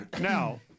Now